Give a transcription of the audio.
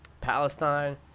Palestine